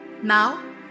Now